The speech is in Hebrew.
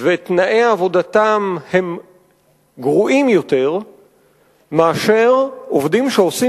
ותנאי עבודתם הם גרועים יותר מאשר עובדים שעושים